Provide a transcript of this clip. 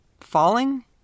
falling